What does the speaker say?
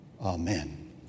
Amen